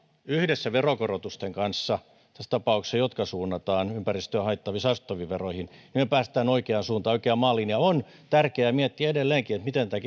yhdessä veronkorotusten kanssa tässä tapauksessa niiden jotka suunnataan ympäristöä haittaavaan saastuttavaan toimintaan me pääsemme oikeaan suuntaan oikeaan maaliin ja on tärkeää miettiä edelleenkin miten tätä